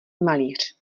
malíř